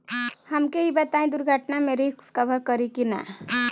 हमके ई बताईं दुर्घटना में रिस्क कभर करी कि ना?